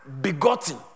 begotten